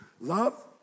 love